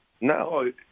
No